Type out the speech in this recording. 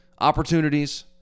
opportunities